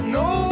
no